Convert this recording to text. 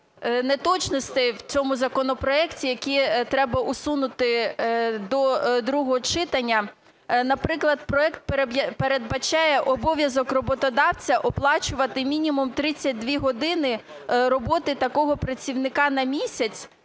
неточностей в цьому законопроекті, які треба усунути до другого читання. Наприклад, проект передбачає обов'язок роботодавця оплачувати мінімум 32 години роботи такого працівника на місяць,